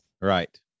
Right